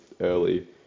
early